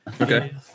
okay